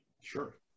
sure